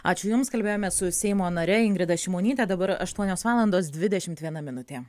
ačiū jums kalbėjome su seimo nare ingrida šimonytė dabar aštuonios valandos dvidešimt viena minutė